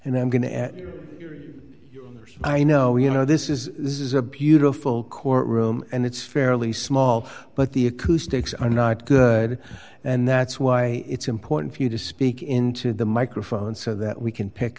and i'm going to i know you know this is this is a beautiful courtroom and it's fairly small but the acoustics are not good and that's why it's important for you to speak into the microphone so that we can pick